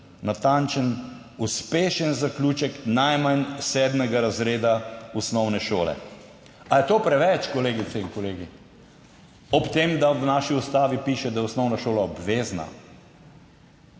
natančen, uspešen zaključek najmanj sedmega razreda osnovne šole. Ali je to preveč, kolegice in kolegi? Ob tem, da v naši ustavi piše, da je osnovna šola obvezna.